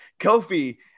Kofi